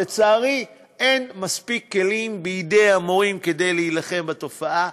לצערי, אין מספיק כלים בידי המורים להילחם בתופעה.